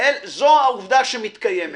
זו העובדה שמתקיימת.